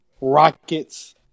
Rockets